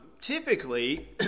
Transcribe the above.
Typically